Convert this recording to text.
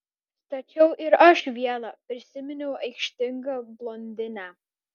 stačiau ir aš vieną prisiminiau aikštingą blondinę